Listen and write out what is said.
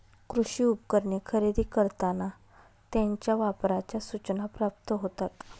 कृषी उपकरणे खरेदी करताना त्यांच्या वापराच्या सूचना प्राप्त होतात